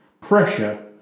pressure